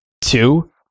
Two